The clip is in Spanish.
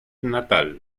natal